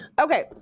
okay